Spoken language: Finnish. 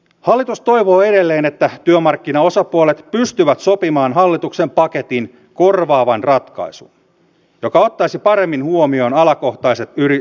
hallitus toivoo edelleen että työmarkkinaosapuolet pystyvät sopimaan hallituksen paketin korvaavan ratkaisun joka ottaisi paremmin huomioon alakohtaiset erityispiirteet